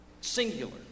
Singular